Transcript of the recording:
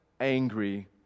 angry